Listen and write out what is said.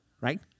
right